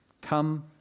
come